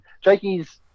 jakey's